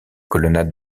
colonnades